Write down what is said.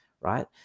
right